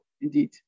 indeed